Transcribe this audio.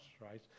right